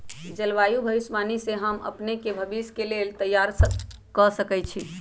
जलवायु भविष्यवाणी से हम अपने के भविष्य के लेल तइयार कऽ सकै छी